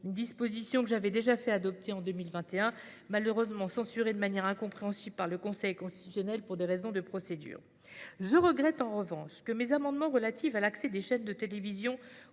Cette disposition, que j'avais fait adopter en 2021, avait malheureusement été censurée de manière incompréhensible par le Conseil constitutionnel, pour des raisons de procédure. Je regrette, en revanche, que mes amendements relatifs à l'accès des chaînes de télévision